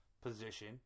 position